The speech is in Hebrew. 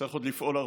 צריך עוד לפעול הרבה.